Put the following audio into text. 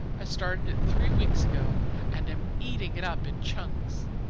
i started it three weeks ago and am eating it up in chunks.